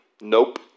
nope